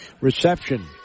Reception